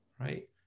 Right